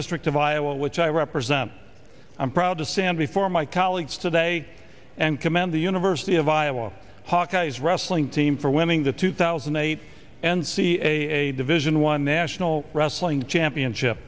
district of iowa which i represent i'm proud to stand before my colleagues today and commend the university of iowa hawkeyes wrestling team for winning the two thousand and eight and see a division one national wrestling championship